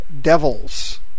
devils